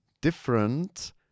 different